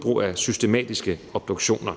brug af systematiske obduktioner.